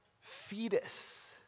fetus